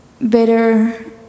better